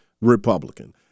Republican